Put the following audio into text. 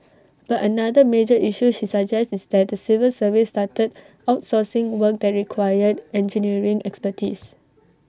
but another major issue she suggests is that the civil service started outsourcing work that required engineering expertise